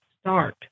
start